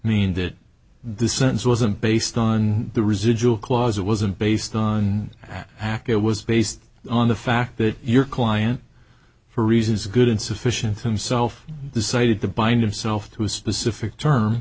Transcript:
mean that the sentence wasn't based on the residual clause it wasn't based on aca it was based on the fact that your client for reasons good and sufficient himself decided to bind of self to a specific term